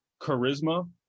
charisma